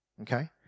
okay